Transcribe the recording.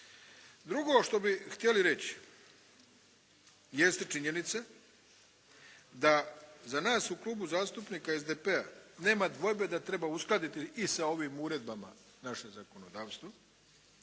Drugo što bi htjeli reći jeste činjenica da za nas u Klubu zastupnika SDP-a nema dvojbe da treba uskladiti i sa ovim uredbama naše zakonodavstvo,